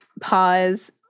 pause